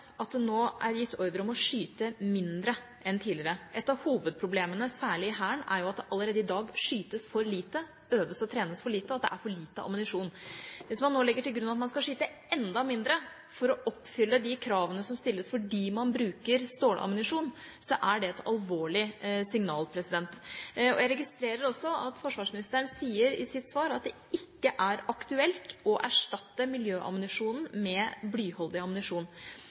at det nå er gitt ordre om å skyte mindre enn tidligere. Et av hovedproblemene, særlig i Hæren, er at det allerede i dag skytes for lite, at det øves og trenes for lite, og at det er for lite ammunisjon. Hvis man nå legger til grunn at man skal skyte enda mindre for å oppfylle de kravene som stilles til å bruke stålammunisjon, så er det et alvorlig signal. Jeg registrerer også at forsvarsministeren sier i sitt svar at det ikke er aktuelt å erstatte miljøammunisjonen med blyholdig ammunisjon.